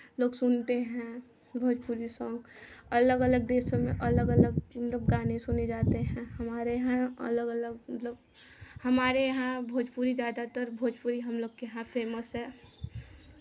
लोग सुनते हैं भोजपुरी सॉन्ग अलग अलग देशों में अलग अलग इन लोग गाने सुने जाते हैं हमारे यहाँ अलग अलग मतलब हमारे यहाँ भोजपुरी ज़्यादातर भोजपुरी हम लोग के यहाँ फे़मस है